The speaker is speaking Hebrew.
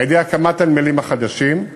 על-ידי הקמת הנמלים החדשים,